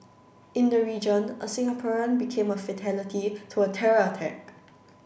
in the region a Singaporean became a fatality to a terror attack